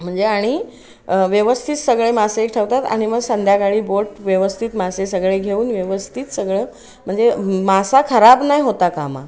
म्हणजे आणि व्यवस्थित सगळे मासे ठेवतात आणि मग संध्याकाळी बोट व्यवस्थित मासे सगळे घेऊन व्यवस्थित सगळं म्हणजे मासा खराब नाही होता कामा